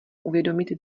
uvědomit